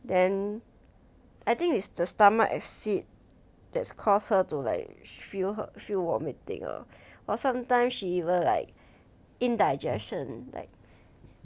then I think it's the stomach acid that's caused her to like feel her feel vomiting ah or sometime she even like indigestion like